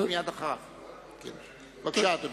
בבקשה, אדוני.